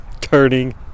turning